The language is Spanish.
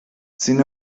sin